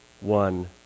one